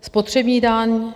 Spotřební daň.